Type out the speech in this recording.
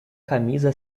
camisa